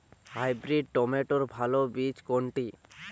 Hybrid টমেটোর ভালো বীজ কোনটি?